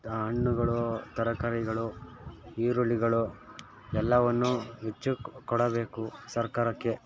ಹಣ್ಣುಗಳು ತರಕಾರಿಗಳು ಈರುಳ್ಳಿಗಳು ಎಲ್ಲವನ್ನೂ ಹೆಚ್ಚು ಕೊಡಬೇಕು ಸರ್ಕಾರಕ್ಕೆ